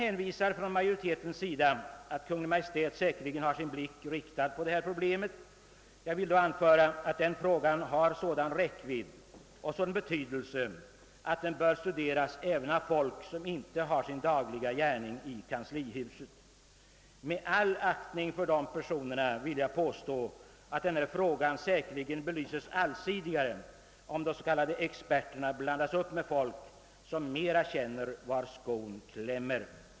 Utskottsmajoriteten hänvisar till att Kungl. Maj:t säkerligen har sin uppmärksamhet riktad på detta problem, men trafikfrågorna har sådan räckvidd och betydelse, att de bör studeras även av människor som inte har sin dagliga gärning i kanslihuset. Med all aktning för personerna i kanslihuset vill jag påstå att den fråga det här gäller säkerligen blir mera allsidigt belyst om de s.k. experterna blandas upp med människor som bättre känner var skon klämmer.